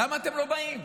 למה אתם לא באים?